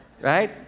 right